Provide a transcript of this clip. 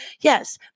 Yes